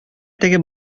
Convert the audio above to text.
теге